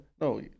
No